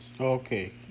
Okay